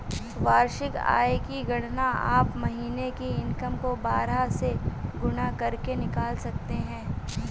वार्षिक आय की गणना आप महीने की इनकम को बारह से गुणा करके निकाल सकते है